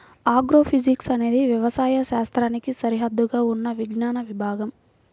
agrophysics అనేది వ్యవసాయ శాస్త్రానికి సరిహద్దుగా ఉన్న విజ్ఞాన విభాగం